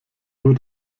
nur